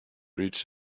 reach